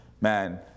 man